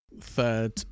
Third